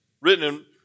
written